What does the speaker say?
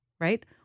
right